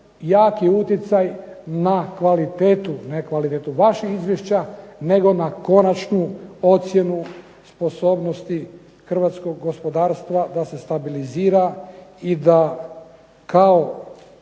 jaki utjecaj na kvalitetu ... vašeg izvješće nego na konačnu ocjenu sposobnosti hrvatskog gospodarstva da se stabilizira i da kao